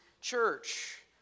church